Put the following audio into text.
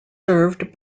served